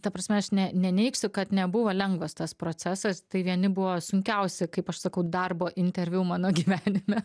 ta prasme aš ne neneigsiu kad nebuvo lengvas tas procesas tai vieni buvo sunkiausi kaip aš sakau darbo interviu mano gyvenime